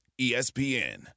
espn